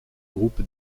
groupe